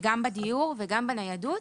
גם בדיור וגם בניידות,